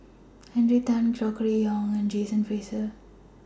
Henry Tan Gregory Yong and John Fraser